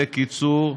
בקיצור,